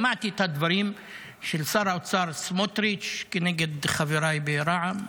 שמעתי את הדברים של שר האוצר סמוטריץ' נגד חבריי ברע"מ,